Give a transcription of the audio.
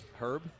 Herb